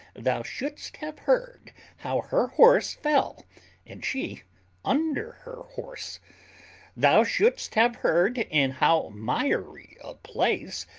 thou shouldst have heard how her horse fell and she under her horse thou shouldst have heard in how miry a place,